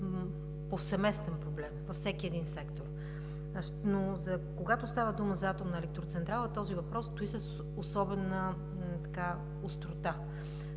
повсеместен проблем във всеки един сектор. Когато става дума за атомна електроцентрала, този въпрос стои с особена острота.